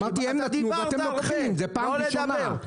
לא לדבר.